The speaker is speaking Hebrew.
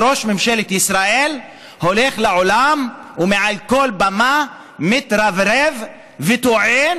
וראש ממשלת ישראל הולך לעולם ומעל כל במה מתרברב וטוען